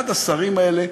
אחד השרים האלה,